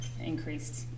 increased